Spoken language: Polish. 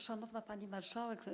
Szanowna Pani Marszałek!